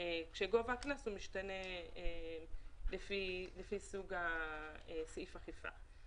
כאשר גובה הקנס משתנה לפי סוג סעיף האכיפה.